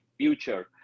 future